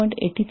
07 2